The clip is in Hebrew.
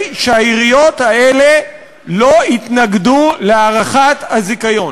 שהעיריות האלה לא יתנגדו להארכת הזיכיון.